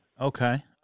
Okay